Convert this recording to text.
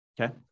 Okay